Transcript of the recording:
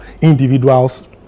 individuals